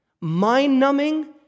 mind-numbing